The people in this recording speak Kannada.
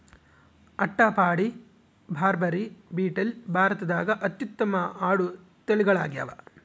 ಅಟ್ಟಪಾಡಿ, ಬಾರ್ಬರಿ, ಬೀಟಲ್ ಭಾರತದಾಗ ಅತ್ಯುತ್ತಮ ಆಡು ತಳಿಗಳಾಗ್ಯಾವ